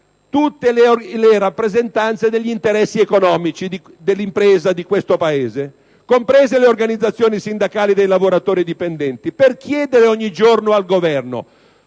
tutte le rappresentanze degli interessi economici dell'impresa di questo Paese, comprese le organizzazioni sindacali dei lavoratori dipendenti, potranno piazzare i loro